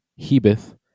Hebeth